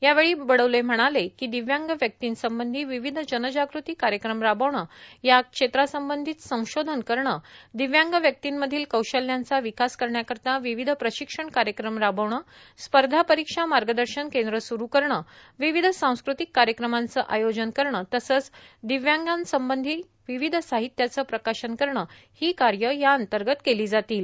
यावेळी बडोले म्हणाले कि दिव्यांग व्यक्तींसंबंधी विविध जनजागृती कार्यक्रम राबविण या क्षेत्रासंबंधित संशोधन करण दिव्यांग व्यक्तींमधील कौशल्यांचा विकास करण्याकरिता विविध प्रशिक्षण कार्यक्रम राबविण स्पर्धा परिक्षा मार्गदर्शन केंद्र सुरु करण विविध सांस्कृतिक कार्यक्रमाचं आयोजन करण तसंच दिव्यांगासंबंधित विविध साहित्याचं प्रकाशन करणे हि कार्य या अंतर्गत केली जातील